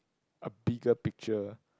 a bigger picture